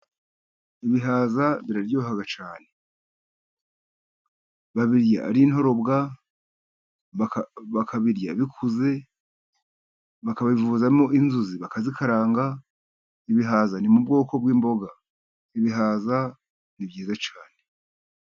Ibihaza biraryoha cyane. babirya ari intorobwa, bakabirya bikuze, bakabivuzamo inzuzi bakazikaranga, ibihaza ni mu bwoko bw'imboga. Ibihaza ni byiza cyane.